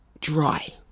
dry